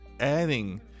adding